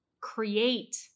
create